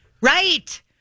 Right